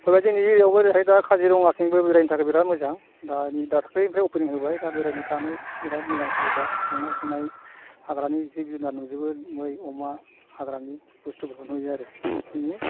कयबायदि नुयो बेयावबो जेरैहाय दा काजिरङाथिंबो बेरायनो थाखाय बिराद मोजां दानि दाख्लैनिफ्राय अपेनिं होबाय दा बेरायनो थानो बिराद मोजां सुबिदा थांनाय फैनाय हाग्रानि जिब जुनार नुजोबो मै अमा हाग्रानि बुस्तुफोरखौ नुयो आरो बेखिनि